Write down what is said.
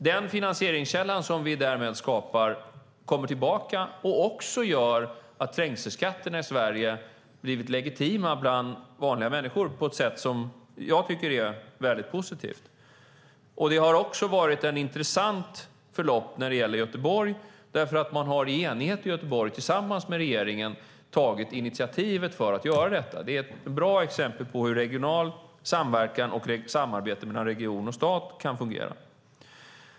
Den finansieringskälla som vi skapar går tillbaka till detta och gör att trängselskatterna i Sverige har blivit legitima bland vanliga människor på ett sätt som jag tycker är positivt. Det har varit ett intressant förlopp i Göteborg. Där har man i enighet tillsammans med regeringen tagit initiativ till att göra detta. Det är ett bra exempel på hur regional samverkan och samarbete mellan region och stat kan fungera.